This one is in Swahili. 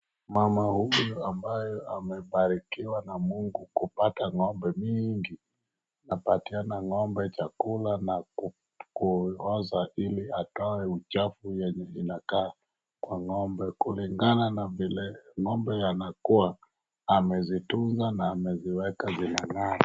Mama huyu ambaye amebarikiwa na mungu kupata ng'ombe mingi anapatiana ng'ombe chakula na kuosha ili atoe uchafu yenye inakaa na ng'ombe kulingana na vile ng'ombe yanakuwa amezitunza na ameziweka zinang'ara.